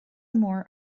mór